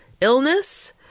illness